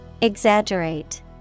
Exaggerate